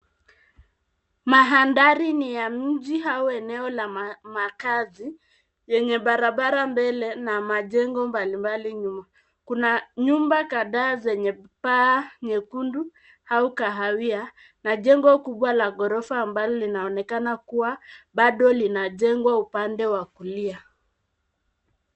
Mandhari ni ya mji au maeneo ya makazi yenye barabara mbele na majengo mbalimbali nyuma. Kuna nyumba kadhaa zenye paa nyekundu au kahawia na jengo kubwa la ghorofa ambalo linaonekana kua bado linajengwa upande wa kulia.